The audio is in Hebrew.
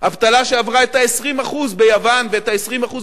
שעברה את ה-20% ביוון ואת ה-20% בספרד,